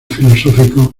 filosóficos